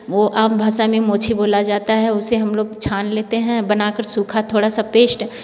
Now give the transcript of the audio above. वो आम भाषा में मोछे बोला जाता है उसे हम लोग छान लेते हैं बनाकर सुखा थोड़ा सा पेस्ट